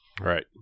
Right